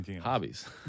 hobbies